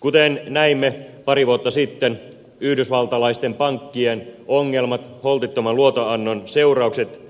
kuten näimme pari vuotta sitten yhdysvaltalaisten pankkien ongelmat holtittoman luotonannon seuraukset